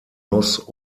nuss